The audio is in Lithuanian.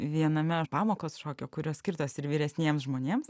viename pamokas šokio kurios skirtos ir vyresniems žmonėms